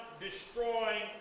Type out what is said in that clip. destroying